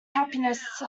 happiness